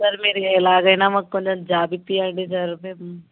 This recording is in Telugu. సార్ మీరు ఎలాగైనా మాకు కొంచెం జాబ్ ఇప్పించండి సార్ మేమ్